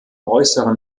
äußeren